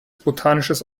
botanisches